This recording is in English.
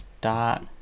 dot